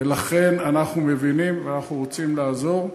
ולכן, אנחנו מבינים ואנחנו רוצים לעזור.